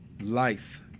life